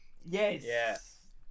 Yes